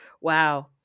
Wow